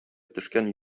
төшкән